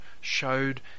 showed